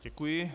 Děkuji.